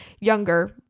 younger